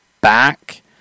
back